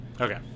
Okay